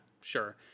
sure